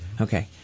Okay